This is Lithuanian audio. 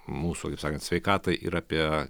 mūsų kaip sakant sveikatai ir apie